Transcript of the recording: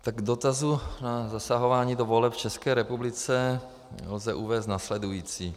K dotazu na zasahování do voleb v České republice lze uvést následující.